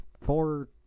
four